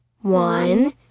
one